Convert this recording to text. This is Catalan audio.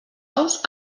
ous